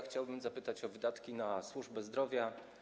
Chciałbym zapytać o wydatki na służbę zdrowia.